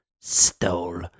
stole